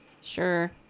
Sure